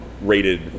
rated